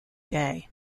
day